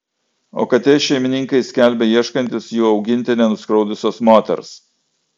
o katės šeimininkai skelbia ieškantys jų augintinę nuskriaudusios moters